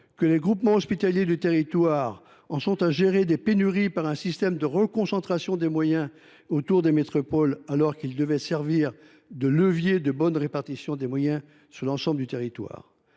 que les groupements hospitaliers de territoires (GHT) en soient réduits à gérer des pénuries par un système de reconcentration des moyens autour des métropoles, alors qu’ils devaient servir de leviers de bonne répartition des moyens sur l’ensemble du territoire